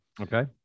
Okay